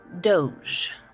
Doge